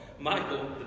Michael